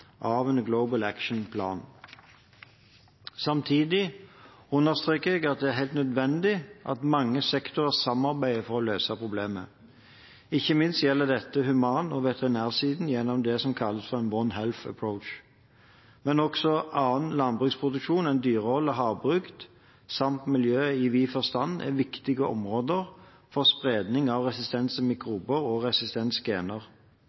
av en Global Action Plan. Samtidig understreket jeg at det er helt nødvendig at mange sektorer samarbeider for å løse problemet. Ikke minst gjelder det human- og veterinærsiden gjennom det som kalles «one health approach». Men også annen landbruksproduksjon enn dyrehold og havbruk samt miljøet i vid forstand er viktige områder for spredning av resistente mikrober og